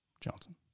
Johnson